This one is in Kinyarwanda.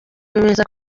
bemeza